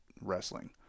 wrestling